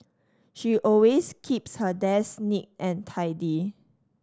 she always keeps her desk neat and tidy